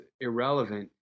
irrelevant